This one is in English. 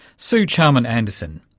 suw charman-anderson.